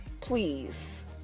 please